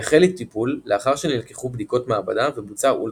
יחלו טיפול לאחר שנלקחו בדיקות מעבדה ובוצע אולטראסאונד.